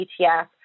ETF